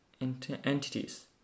entities